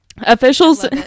officials